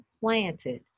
planted